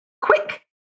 quick